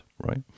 right